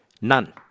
None